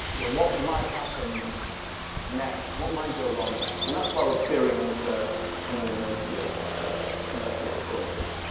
what might happen next? what might go wrong next and that's why we're peering into some of the murkier murkier corners.